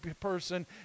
person